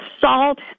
salt